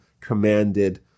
commanded